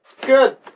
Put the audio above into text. good